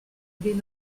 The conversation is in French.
des